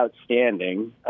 outstanding